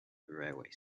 railway